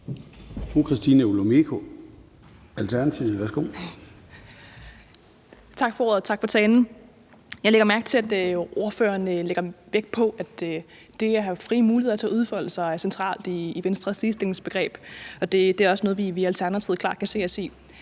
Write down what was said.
Tak for ordet. Og tak for talen. Jeg lægger mærke til, at ordføreren lægger vægt på, at det at have frie muligheder til at udfolde sig er centralt i Venstres ligestillingsbegreb, og det er også noget, vi i Alternativet klart kan se os i.